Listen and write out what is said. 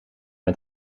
met